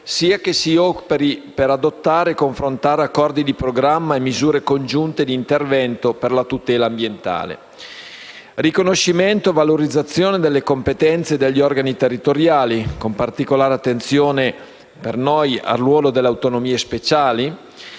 sia che si operi per adottare e confrontare accordi di programma e misure congiunte di intervento per la tutela ambientale. Riconoscimento e valorizzazione delle competenze degli organi territoriali, con particolare attenzione per noi al ruolo delle autonomie speciali,